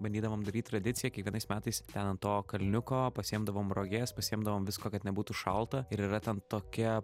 bandydavom daryt tradiciją kiekvienais metais ten ant to kalniuko pasiimdavom roges pasiimdavom visko kad nebūtų šalta ir yra ten tokia